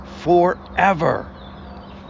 forever